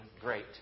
great